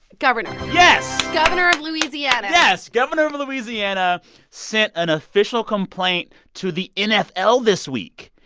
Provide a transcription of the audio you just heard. governor yes governor of louisiana yes. governor of louisiana sent an official complaint to the nfl this week.